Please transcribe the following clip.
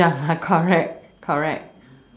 ya lah correct correct